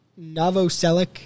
Novoselic